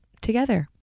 together